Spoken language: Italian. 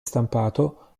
stampato